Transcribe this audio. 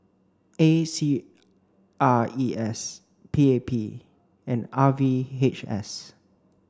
A C R E S P A P and R V H S